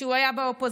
כשהוא היה באופוזיציה,